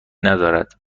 ندارد